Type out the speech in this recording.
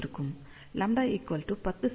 λ10 செ